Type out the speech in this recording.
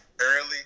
early